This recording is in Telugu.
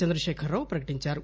చంద్రశేఖరరావు ప్రకటించారు